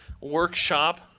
workshop